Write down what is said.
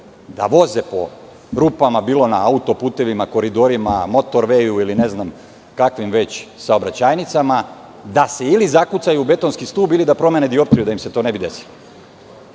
da voze po rupama, bilo na auto-putevima, koridorima, motor-veju ili ne znam kakvim saobraćajnicama, da se ili zakucaju u betonski stud ili da promene dioptriju da im se to ne bi desilo. Jedino